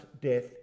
death